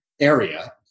area